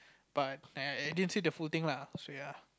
but I I didn't see the full thing lah so ya